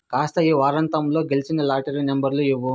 కాస్త ఈ వారాంతంలో గెలిచిన లాటరీ నంబర్లు ఇవ్వు